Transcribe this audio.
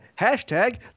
Hashtag